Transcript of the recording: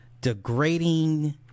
degrading